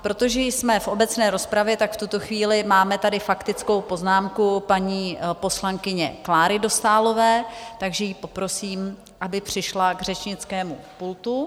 Protože jsme v obecné rozpravě, v tuto chvíli tady máme faktickou poznámku paní poslankyně Kláry Dostálové, takže ji poprosím, aby přišla k řečnickému pultu.